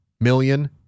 million